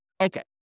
Okay